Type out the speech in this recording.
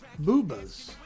Boobas